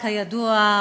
כידוע,